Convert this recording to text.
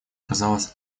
казалась